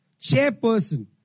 chairperson